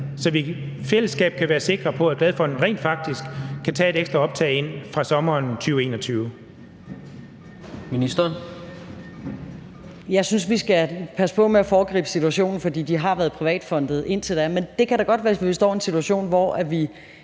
så vi i fællesskab kan være sikre på, at Glad Fonden rent faktisk kan tage et ekstra optag ind fra sommeren 2021.